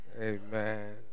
Amen